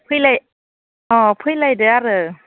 फैलाय अ फैलायदो आरो